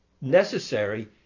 necessary